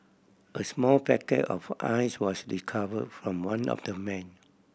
a small packet of Ice was recover from one of the men